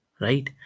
Right